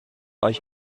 euch